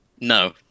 No